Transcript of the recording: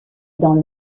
dans